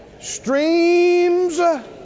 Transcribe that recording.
Streams